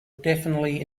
definitely